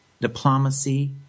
diplomacy